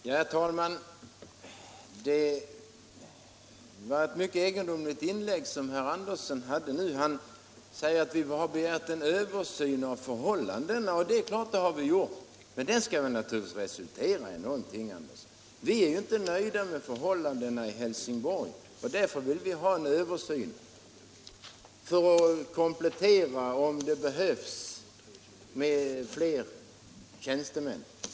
Herr talman! Det var ett mycket egendomligt inlägg herr Andersson i Knäred gjorde nu. Visst har vi begärt en översyn av förhållandena, men den skall väl resultera i någonting, herr Andersson! Vi är inte nöjda med förhållandena i Helsingborg, och därför vill vi ha en översyn för att se om det behövs fler tjänstemän.